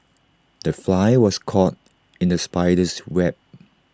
the fly was caught in the spider's web